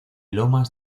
lomas